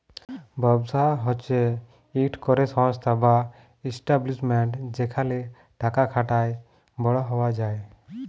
ব্যবসা হছে ইকট ক্যরে সংস্থা বা ইস্টাব্লিশমেল্ট যেখালে টাকা খাটায় বড় হউয়া যায়